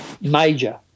major